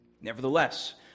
Nevertheless